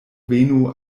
venu